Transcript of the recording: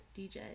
DJ